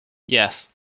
yes